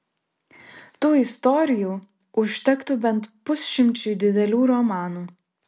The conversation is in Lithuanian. tų istorijų užtektų bent pusšimčiui didelių romanų